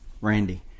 Randy